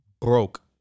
broke